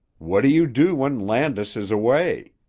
what do you do when landis is away?